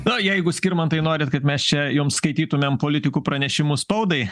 na jeigu skirmantai norit kad mes čia jums skaitytumėm politikų pranešimus spaudai